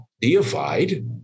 deified